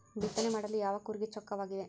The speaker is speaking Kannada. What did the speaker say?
ಬಿತ್ತನೆ ಮಾಡಲು ಯಾವ ಕೂರಿಗೆ ಚೊಕ್ಕವಾಗಿದೆ?